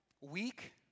weak